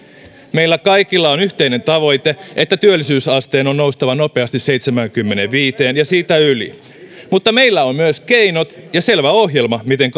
meillä kaikilla on yhteinen tavoite että työllisyysasteen on noustava nopeasti seitsemäänkymmeneenviiteen ja siitä yli mutta meillä on myös keinot ja selvä ohjelma miten